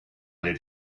did